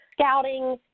scouting